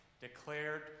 declared